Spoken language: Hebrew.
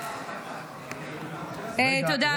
תודה, אדוני.